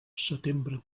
setembre